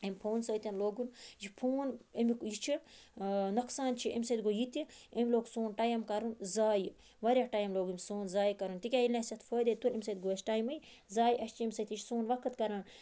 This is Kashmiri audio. امہِ فونہ سۭتۍ لوگُن یہِ پھون امیُک یہِ چھُ نۄقصان چھُ امہِ سۭتۍ گوٚو یہِ تہِ أمۍ لوگ سون ٹایم کَرُن ضایہِ واریاہ ٹایم لوگ أمۍ سون ضایہِ کَرُن تِکیاہ ییٚلہِ نہٕ اَسہِ اتھ فٲیدے تُل امہِ سۭتۍ گوٚو اَسہِ ٹایمے ضایہِ اَسہِ چھِ امہِ سۭتۍ یہِ چھُ سون وَقت کَران